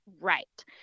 Right